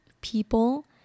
people